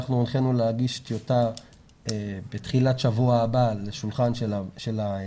אנחנו הנחינו להגיש טיוטה בתחילת שבוע הבא לשולחן השר